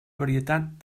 varietat